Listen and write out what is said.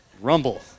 rumble